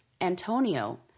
Antonio